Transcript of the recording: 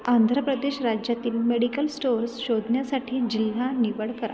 आंध्र प्रदेश राज्यातील medical stores शोधण्यासाठी जिल्हा निवड करा